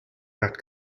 that